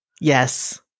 Yes